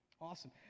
Awesome